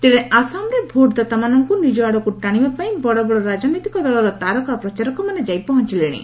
ତେଣେ ଆସାମରେ ଭୋଟ୍ଦାତାମାନଙ୍କୁ ନିଜ ଆଡ଼କୁ ଟାଣିବାପାଇଁ ବଡ଼ ବଡ଼ ରାଜନୈତିକ ଦଳର ତାରକା ପ୍ରଚାରକମାନେ ଯାଇ ପହଞ୍ଚଗଲେଣି